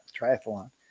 Triathlon